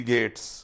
Gates